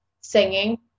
singing